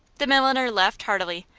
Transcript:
the milliner laughed heartily.